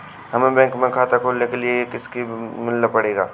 हमे बैंक में खाता खोलने के लिए किससे मिलना पड़ेगा?